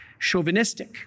chauvinistic